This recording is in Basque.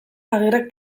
agirrek